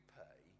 pay